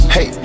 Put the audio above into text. Hey